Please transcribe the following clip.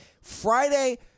Friday